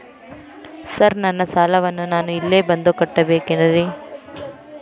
Sir ನನ್ನ ಸಾಲವನ್ನು ನಾನು ಇಲ್ಲೇ ಬಂದು ಕಟ್ಟಬೇಕೇನ್ರಿ?